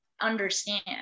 understand